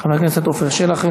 חבר הכנסת יחיאל חיליק בר,